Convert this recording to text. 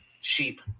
sheep